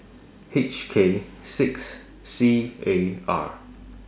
H K six C A R